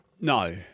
No